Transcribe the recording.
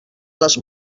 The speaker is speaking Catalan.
les